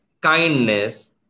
kindness